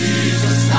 Jesus